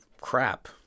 crap